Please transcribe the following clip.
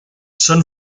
són